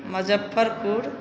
Muzaffarpur